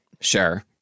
Sure